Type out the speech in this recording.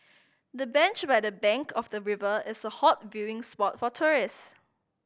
the bench by the bank of the river is a hot viewing spot for tourist